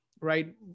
right